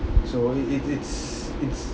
so it it's it's